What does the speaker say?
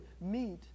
meet